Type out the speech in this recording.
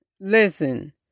Listen